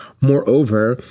Moreover